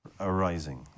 arising